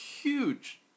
huge